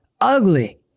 ugly